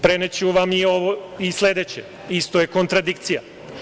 Preneću vam i sledeće, isto je kontradikcija.